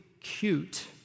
cute